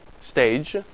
stage